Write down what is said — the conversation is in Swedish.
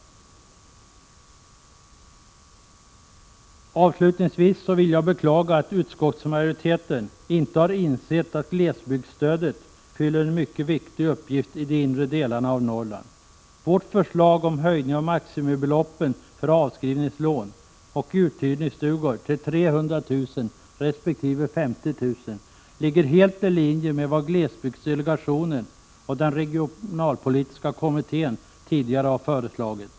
1986/87:128 Avslutningsvis vill jag beklaga att utskottsmajoriteten inte har insett att 21 maj 1987 glesbygdsstödet fyller en mycket viktig uppgift i de inre delarna av Norrland. Vårt förslag om höjning av maximibeloppen för avskrivningslån och uthyrningsstugor till 300 000 resp. 50 000 kr. ligger helt i linje med vad glesbygdsdelegationen och den regionalpolitiska kommittén tidigare har föreslagit.